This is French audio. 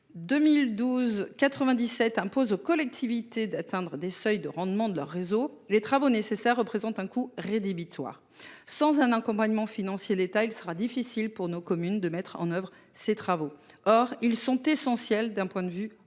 potable impose aux collectivités d'atteindre un certain seuil de rendement pour leur réseau, les travaux nécessaires représentent un coût rédhibitoire. Sans un accompagnement financier de l'État, il sera difficile pour nos communes de les mettre en oeuvre. Or ils sont essentiels d'un point de vue environnemental.